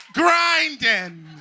grinding